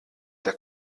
der